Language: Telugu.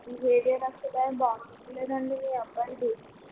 బిహేవియర్ అసలేమి బాగుండడం లేదండి మీ అబ్బాయిది